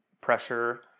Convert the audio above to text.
pressure